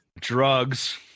drugs